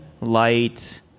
light